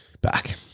Back